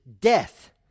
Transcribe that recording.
death